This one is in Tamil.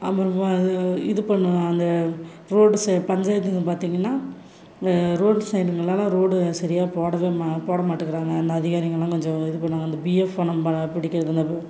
அப்புறமா இது இது பண்ணுவேன் அந்த ரோட்டு சைட் பஞ்சாயத்துன்னு பார்த்திங்கன்னா இந்த ரோடு சைடுங்களிலலாம் ரோடு சரியாக போட போட மாட்டிக்கிறாங்க இந்த அதிகாரிங்கெல்லாம் கொஞ்சம் இது பண்ணுவாங்க அந்த பிஎஃப் பணம் பிடிக்கிறதுனா